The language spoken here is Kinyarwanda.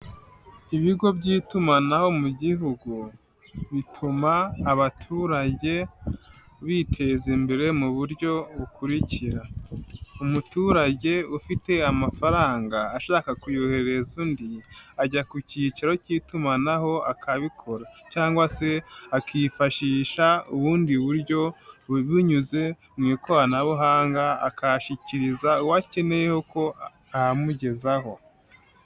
Ibigo by'itumanaho mu gihugu, bituma abaturage biteza imbere mu buryo bukurikira. Umuturage ufite amafaranga ashaka kuyoherereza undi, ajya ku cyicaro cy'itumanaho akabikora cyangwa se akifashisha ubundi buryo, binyuze mu ikoranabuhanga akayashyikiriza uwo akeneyeho ko ayamugezaho.